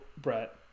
Brett